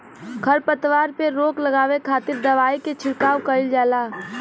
खरपतवार पे रोक लगावे खातिर दवाई के छिड़काव कईल जाला